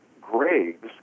graves